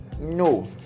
no